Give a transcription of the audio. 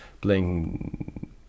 playing